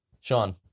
Sean